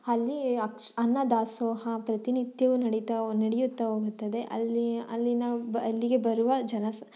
ಅಲ್ಲಿ ಅಕ್ಷ್ ಅನ್ನದಾಸೋಹ ಪ್ರತಿನಿತ್ಯವು ನಡಿತಾವೆ ನಡೆಯುತ್ತಾ ಹೋಗುತ್ತದೆ ಅಲ್ಲಿ ಅಲ್ಲಿನ ಬ ಅಲ್ಲಿಗೆ ಬರುವ ಜನ